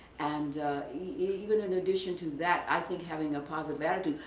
and even in addition to that, i think having a positive attitude.